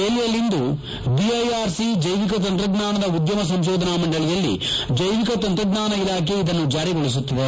ದೆಹಲಿಯಲ್ಲಿಂದು ಬಿಐಆರ್ಸಿ ಜೈವಿಕ ತಂತ್ರಜ್ಞಾನದ ಉದ್ದಮ ಸಂಶೋಧನಾ ಮಂಡಳಿಯಲ್ಲಿ ಜೈವಿಕ ತಂತ್ರಜ್ಞಾನ ಇಲಾಖೆ ಇದನ್ನು ಜಾರಿಗೊಳಿಸುತ್ತಿದೆ